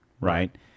right